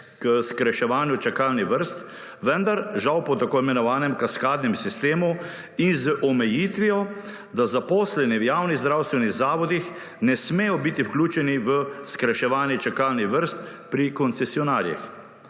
k skrajševanju čakalnih vrst, vendar žal po t. i. kaskadnem sistemu in z omejitvijo, da zaposleni v javnih zdravstvenih zavodih ne smejo biti vključeni v skrajševanje čakalnih vrst pri koncesionarjih.